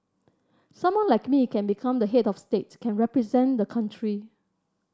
someone like me can become the head of state can represent the country